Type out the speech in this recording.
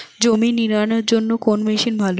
জমি নিড়ানোর জন্য কোন মেশিন ভালো?